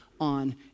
on